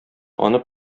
аны